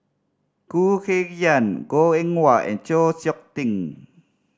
Khoo Kay Hian Goh Eng Wah and Chng Seok Tin